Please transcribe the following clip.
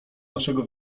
naszego